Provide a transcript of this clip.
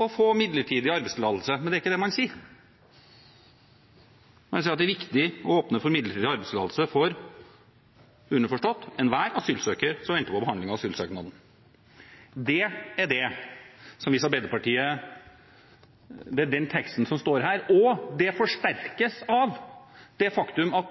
å få midlertidig arbeidstillatelse. Men det er ikke det man sier; man sier at det er viktig å «åpne for midlertidig arbeidstillatelse for asylsøkere» – underforstått: enhver asylsøker – «som venter på behandling av asylsøknaden». Det er den teksten som står her. Det forsterkes av det faktum at